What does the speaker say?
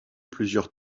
plusieurs